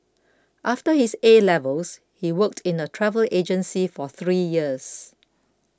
after his A levels he worked in a travel agency for three years